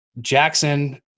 Jackson